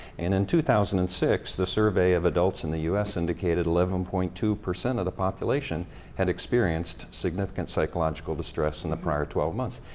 and in two thousand and six, the survey of adults in the u s. indicated eleven point two of the population had experienced significant psychological distress in the prior twelve months.